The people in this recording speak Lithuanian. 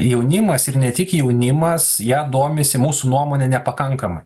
jaunimas ir ne tik jaunimas ja domisi mūsų nuomone nepakankamai